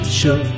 show